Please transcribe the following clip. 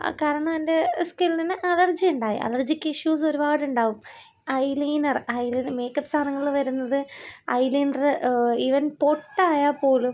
കാരണം എൻ്റെ സ്കിന്നിന് അലർജി ഉണ്ടായി അലർജിക് ഇഷ്യൂസ് ഒരുപാടുണ്ടാകും ഐലീനർ ഐലീന മേക്കപ്പ് സാധനങ്ങള് വരുന്നത് ഐലീനര് ഈവൻ പൊട്ടായാല്പ്പോലും